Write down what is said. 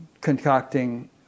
concocting